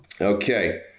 Okay